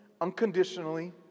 unconditionally